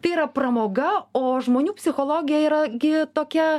tai yra pramoga o žmonių psichologija yra gi tokia